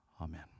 Amen